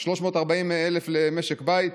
340,000 למשק בית.